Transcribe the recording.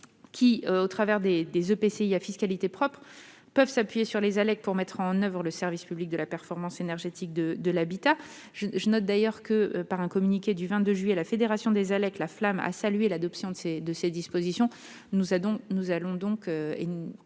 intercommunale à fiscalité propre peuvent s'appuyer sur les ALEC pour mettre en avant le service public de la performance énergétique de l'habitat. Je note d'ailleurs que, dans un communiqué du 22 juillet dernier, la Flame a salué l'adoption de ces dispositions. Nous allons donc